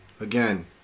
again